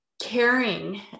caring